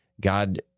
God